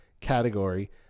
category